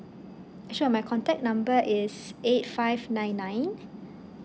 sure my contact number is eight five nine nine